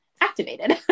activated